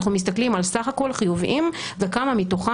אנחנו מסתכלים על סך הכול חיוביים וכמה מתוכם